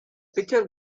pitcher